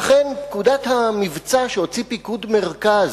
ואכן, פקודת המבצע שהוציא פיקוד מרכז,